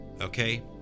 okay